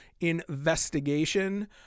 Investigation